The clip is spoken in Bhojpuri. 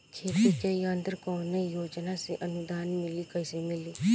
खेती के यंत्र कवने योजना से अनुदान मिली कैसे मिली?